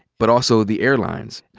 but also the airlines,